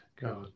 go